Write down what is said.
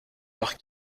par